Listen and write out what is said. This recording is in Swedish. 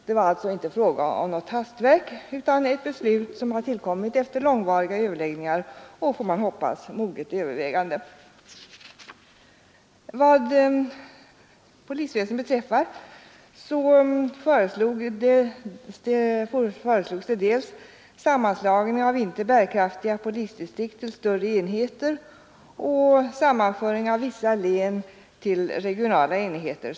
Det var alltså inte fråga om något hastverk, och beslutet tillkom efter långvariga överläggningar och, får man hoppas, moget övervägande. Vad polisväsendet beträffar föreslogs sammanslagning av icke bärkraftiga polisdistrikt till större enheter samt, som en konsekvens härav, sammanföring av vissa län till regionala enheter.